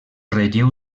relleu